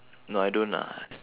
no I don't lah